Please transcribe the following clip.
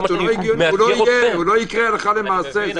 זה לא יקרה הלכה למעשה.